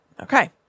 Okay